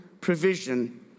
provision